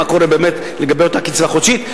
מה קורה לגבי אותה קצבה חודשית,